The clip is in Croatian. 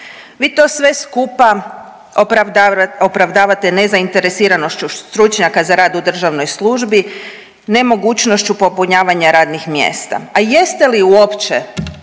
Vi to sve skupa opravdavate nezainteresiranošću stručnjaka za rad u državnoj službi, nemogućnošću popunjavanja radnih mjesta. A jeste li uopće